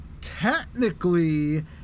technically